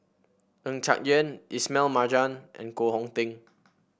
Ng Yat Chuan Ismail Marjan and Koh Hong Teng